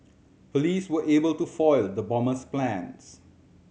police were able to foil the bomber's plans